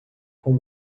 com